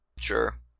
Sure